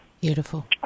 Beautiful